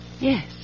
Yes